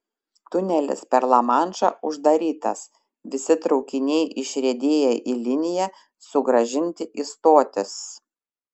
tunelis per lamanšą uždarytas visi traukiniai išriedėję į liniją sugrąžinti į stotis